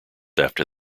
after